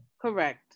Correct